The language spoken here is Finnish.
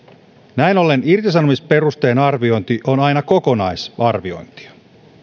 näin ollen irtisanomisperusteen arviointi on aina kokonaisarviointia